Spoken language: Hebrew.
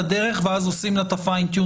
חברים, תודה.